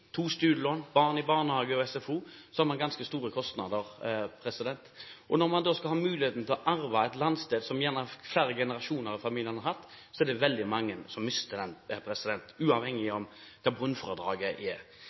to studielån, barn i barnehage og SFO, har de ganske store kostnader. Når man da får muligheten til å arve et landsted som gjerne flere generasjoner i familien har hatt, er det veldig mange som mister den muligheten, uavhengig av hva bunnfradraget er.